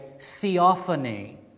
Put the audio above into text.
theophany